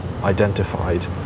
identified